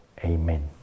Amen